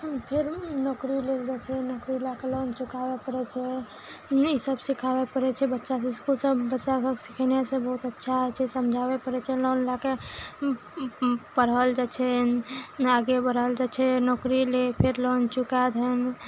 फेर नौकरी लेल जाइ छै नौकरी लए कऽ लोन चुकाबऽ पड़य छै ईसब सिखाबऽ पड़य छै बच्चाके इसकुल सब बच्चा सब सिखेनेसँ बहुत अच्छा होइ छै समझाबय पड़य छै लोन लए कऽ पढ़ल जाइ छै आगे बढ़ल जाइ छै नौकरी ले फेर लोन चुका दहुन